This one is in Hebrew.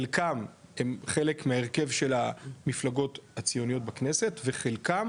חלקם הם חלק מההרכב של המפלגות הציוניות בכנסת וחלקם